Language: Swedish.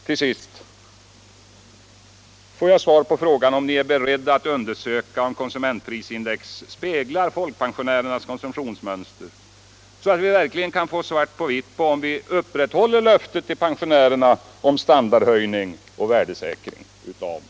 Får jag till sist svar på frågan om ni är beredda att undersöka om konsumentprisindex speglar folkpensionärernas konsumtionsmönster, så att vi verkligen kan få svart på vitt på om statsmakterna upprätthåller löftet till pensionärerna om standardhöjning och värdesäkring av pensionerna?